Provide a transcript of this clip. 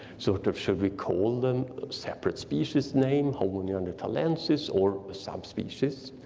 sort of should we call them separate species name, homo neanderthalensis or a subspecies?